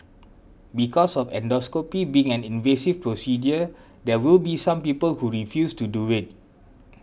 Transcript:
because of endoscopy being an invasive procedure there will be some people who refuse to do it